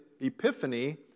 epiphany